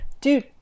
Dude